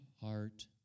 heart